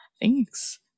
Thanks